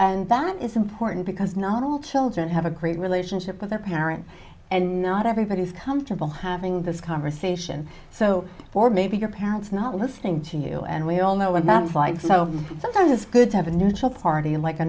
and that is important because not all children have a great relationship with their parent and not everybody is comfortable having this conversation so for maybe your parents not listening to you and we all know and so sometimes it's good to have a neutral party like a